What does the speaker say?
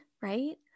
right